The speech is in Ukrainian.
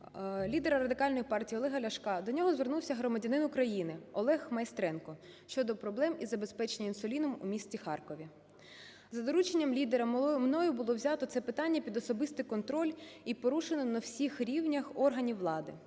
лідера Радикальної партії Олега Ляшка, до нього звернувся громадянин України Олег Майстренко щодо проблем із забезпечення інсуліном у місті Харкові. За дорученням лідера, мною було взято це питання під особистий контроль і порушено на всіх рівнях органів влади.